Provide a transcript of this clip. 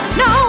no